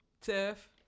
Tiff